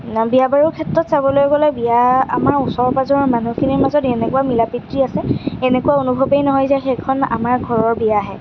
বিয়া বাৰুৰ ক্ষেত্ৰত চাবলৈ গ'লে বিয়া আমাৰ ওচৰ পাজৰৰ মানুহখিনিৰ মাজত এনেকুৱা মিলা প্ৰীতি আছে এনেকুৱা অনুভৱেই নহয় যে সেইখন আমাৰ ঘৰৰ বিয়াহে